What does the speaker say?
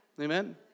Amen